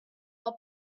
her